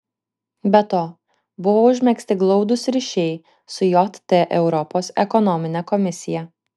be to buvo užmegzti glaudūs ryšiai su jt europos ekonomine komisija